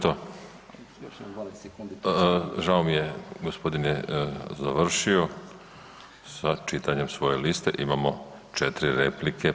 To je to. … [[Upadica sa strane, ne razumije se.]] Žao mi je, gospodin je završio sa čitanjem svoje liste, imamo 4 replike.